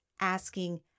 asking